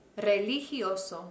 religioso